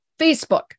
Facebook